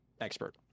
expert